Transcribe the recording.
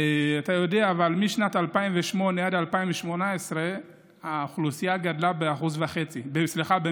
אם אתה יודע שמשנת 2008 עד 2018 האוכלוסייה גדלה ב-1.5 מיליון,